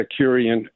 Securian